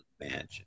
imagine